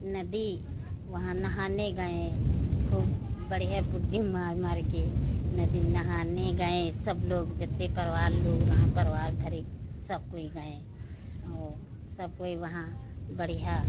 नदी वहाँ नहाने गए खूब बढ़ियाँ बुढ्ढी मार मारकर नदी में नहाने गए सब लोग जितना परिवार के लोग रहे परिवार भरे सब कोई गए और सब कोई वहाँ बढ़ियाँ